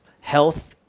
health